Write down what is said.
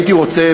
הייתי רוצה,